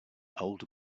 old